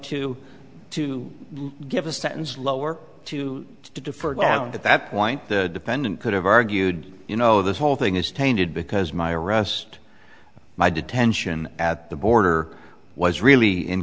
to to give a sentence lower to to defer down at that point the defendant could have argued you know this whole thing is tainted because my arrest my detention at the border was really in